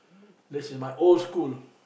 there's my old school